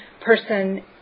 person